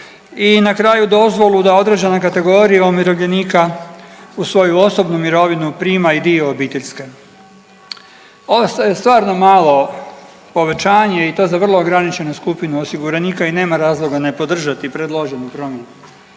i na kraju dozvolu da određena kategorija umirovljenika uz svoju osobnu mirovinu prima i dio obiteljske. Ovo je stvarno malo povećanje i to za vrlo ograničene skupine osiguranika i nema razloga ne podržati predložene promjene,